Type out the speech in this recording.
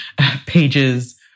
Pages